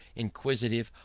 inquisitive,